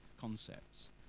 concepts